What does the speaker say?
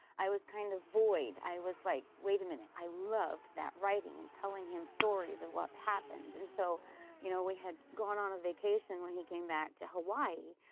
i was kind of void. i was like, wait a minute, i loved that writing and telling him stories of what happened, and so you know we had gone on a vacation when he came back to hawaii,